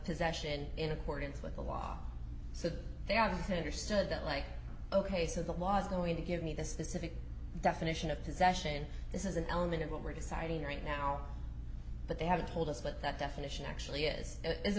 possession in accordance with the law so that they are understood that like ok so the law is going to give me the specific definition of possession this is an element of what we're deciding right now but they haven't told us what that definition actually is is a